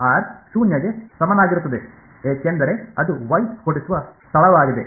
R ಶೂನ್ಯಗೆ ಸಮನಾಗಿರುತ್ತದೆ ಏಕೆಂದರೆ ಅದು Y ಸ್ಫೋಟಿಸುವ ಸ್ಥಳವಾಗಿದೆ